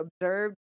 observed